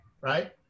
right